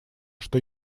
что